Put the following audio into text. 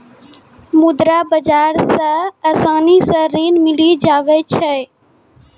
मुद्रा बाजार मे आसानी से ऋण मिली जावै छै